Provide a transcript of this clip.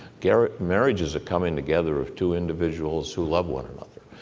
marriage marriage is a coming together of two individuals who love one another,